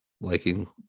liking